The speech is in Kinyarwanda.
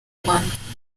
rwanda